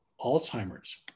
Alzheimer's